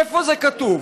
איפה זה כתוב?